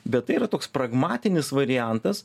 bet tai yra toks pragmatinis variantas